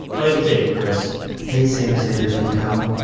play the tape, chris hey, sam sanders and co. um